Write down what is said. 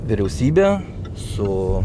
vyriausybe su